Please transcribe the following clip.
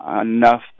enough